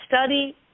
study